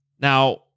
Now